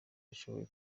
yashoboye